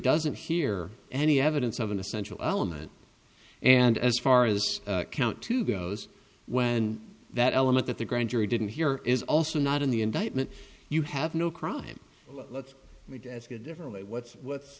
doesn't hear any evidence of an essential element and as far as count two goes when that element that the grand jury didn't hear is also not in the indictment you have no crime let me ask a different way what's what